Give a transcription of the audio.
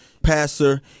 passer